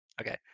okay